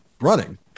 running